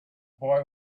boy